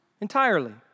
Entirely